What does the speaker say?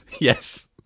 Yes